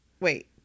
Wait